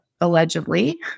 allegedly